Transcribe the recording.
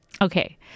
Okay